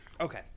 Okay